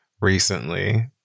recently